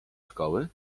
szkoły